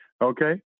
okay